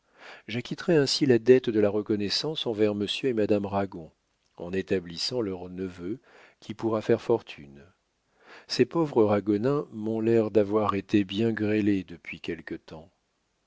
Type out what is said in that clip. anselme j'acquitterai ainsi la dette de la reconnaissance envers monsieur et madame ragon en établissant leur neveu qui pourra faire fortune ces pauvres ragonnins m'ont l'air d'avoir été bien grêlés depuis quelque temps